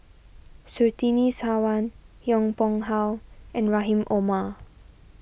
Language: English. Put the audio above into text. Surtini Sarwan Yong Pung How and Rahim Omar